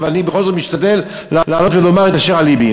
ואני בכל זאת משתדל לעלות ולומר את אשר על לבי.